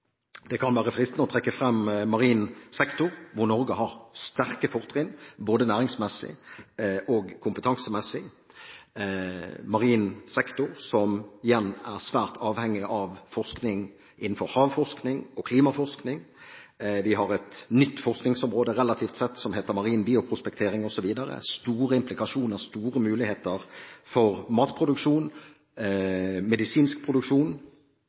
Det kan være fristede å trekke frem marin sektor hvor Norge har sterke fortrinn både næringsmessig og kompetansemessig. Marin sektor, som igjen er svært avhengig av havforskning og klimaforskning, har et relativt nytt forskningsområde som heter marin bioprospektering osv. Det har store implikasjoner og gir store muligheter for matproduksjon, medisinsk produksjon